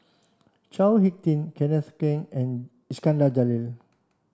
Chao Hick Tin Kenneth Keng and Iskandar Jalil